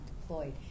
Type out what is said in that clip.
deployed